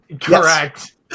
Correct